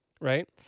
Right